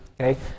okay